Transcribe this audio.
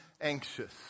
anxious